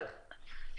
שלום,